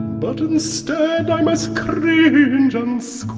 but instead i must cringe um so